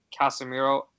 Casemiro